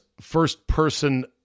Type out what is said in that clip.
first-person